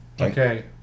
Okay